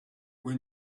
when